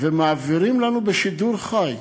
ומעבירים לנו בשידור חי